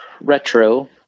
Retro